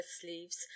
sleeves